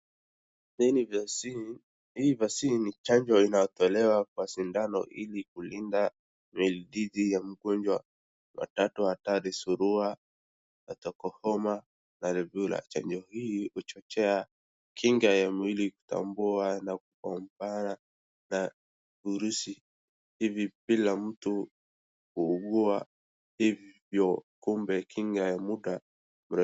Hii ni vaccine , hii vaccine ni chanjo inayotolewa kwa sindano ili kulinda dhidi ya magonjwa matatu hatari, surua, matokohoma na rebulla, hii huchochea kinga ya mwili kutambua na kupambana na virusi hivi bila mtu kuugua hivyo kumbe kinga ya muda.